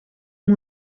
amb